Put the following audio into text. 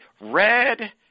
red